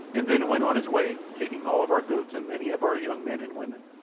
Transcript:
and then went on his way, taking all of our goats and many of our young men and women.